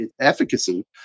efficacy